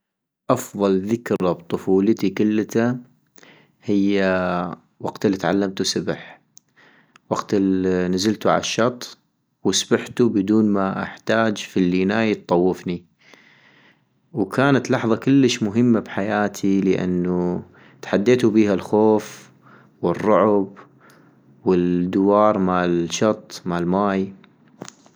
افضل ذكرى بطفولتي كلتا هي وقت الي تعلمتو سبح، وقت الي نزلتو عالشط وسبحتو بدون ما احتاج فليناي اطوفني - وكانت لحظة كلش مهمة بحياتي لانو تحديتو بيها الخوف والرعب والدوار مال شط مال ماي